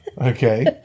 Okay